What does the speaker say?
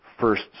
first